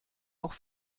auch